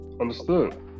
Understood